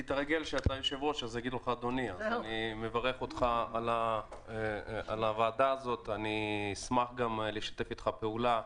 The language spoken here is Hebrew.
אני מברך אותך על הוועדה הזאת ואני אשמח לשתף איתך פעולה.